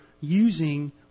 using